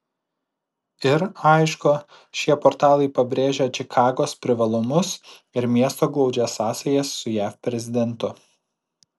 ir aišku šie portalai pabrėžia čikagos privalumus ir miesto glaudžias sąsajas su jav prezidentu